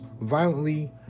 violently